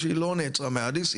היא לא נעצרה מאדיס.